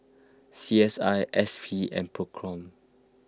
C S I S P and Procom